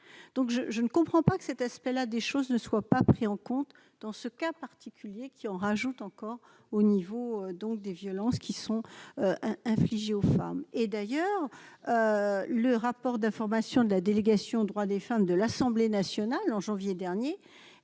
donc je je ne comprends pas que cet aspect-là des choses ne soient pas pris en compte dans ce cas particulier qui en rajoute encore au niveau donc des violences qui sont infligées aux femmes, et d'ailleurs, le rapport d'information de la délégation droits des femmes de l'Assemblée nationale en janvier dernier,